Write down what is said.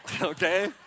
okay